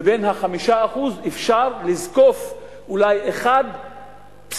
מבין ה-5% אפשר לזקוף אולי 1%